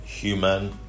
human